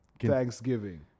Thanksgiving